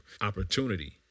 opportunity